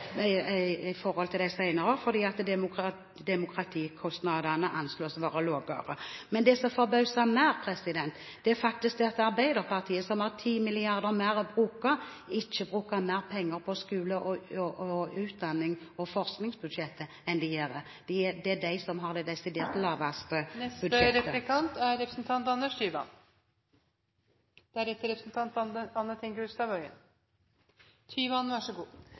kommunene i forhold til de senere år, fordi demografikostnadene anslås å være lavere. Men det som forbauser mer, er at Arbeiderpartiet, som har 10 mrd. kr mer å bruke, ikke bruker mer penger på skole-, utdannings- og forskningsbudsjettet enn de gjør. Det er de som har det desidert laveste budsjettet. Mobbing er